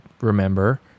remember